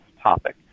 topic